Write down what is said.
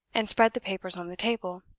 and spread the papers on the table.